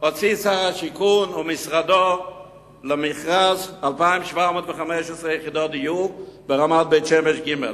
הוציאו שר השיכון ומשרדו למכרז 2,715 יחידות דיור ברמת-בית-שמש ג',